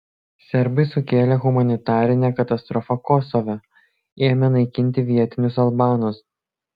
serbai sukėlė humanitarinę katastrofą kosove ėmę naikinti vietinius albanus